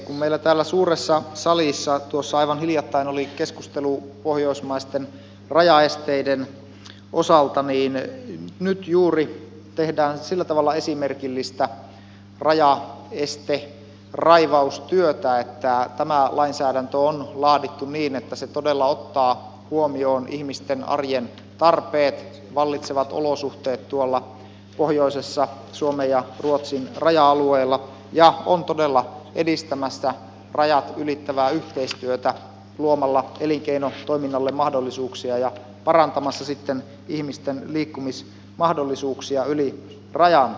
kun meillä täällä suuressa salissa aivan hiljattain oli keskustelu pohjoismaisten rajaesteiden osalta niin nyt juuri tehdään sillä tavalla esimerkillistä rajaesteraivaustyötä että tämä lainsäädäntö on laadittu niin että se todella ottaa huomioon ihmisten arjen tarpeet ja vallitsevat olosuhteet pohjoisessa suomen ja ruotsin raja alueilla ja on todella edistämässä rajat ylittävää yhteistyötä luomalla elinkeinotoiminnalle mahdollisuuksia ja parantamassa sitten ihmisten liikkumismahdollisuuksia yli rajan